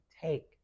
take